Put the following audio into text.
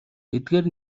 эдгээр